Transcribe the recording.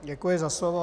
Děkuji za slovo.